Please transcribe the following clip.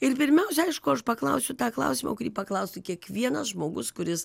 ir pirmiausia aišku aš paklausiu tą klausimą kurį paklaustų kiekvienas žmogus kuris